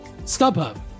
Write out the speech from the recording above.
StubHub